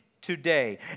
today